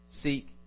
seek